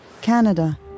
Canada